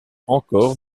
encore